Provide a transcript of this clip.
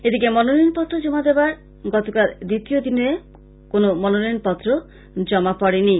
এদিকে মনোনয়নপত্র জমা দেবার গতকাল দ্বিতীয় দিনেও কোনো মনোনয়নপত্র জমা পড়েনি